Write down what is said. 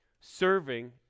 serving